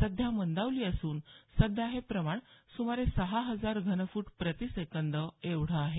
सध्या मंदावली असून सध्या हे प्रमाण सुमारे सहा हजार घनफूट प्रतिसेकंद एवढं आहे